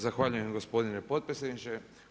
Zahvaljujem gospodine potpredsjedniče.